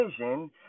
vision